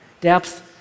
depth